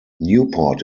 newport